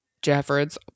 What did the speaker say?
Jeffords